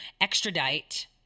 extradite